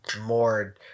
more